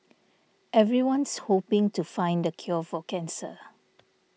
everyone's hoping to find the cure for cancer